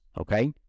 okay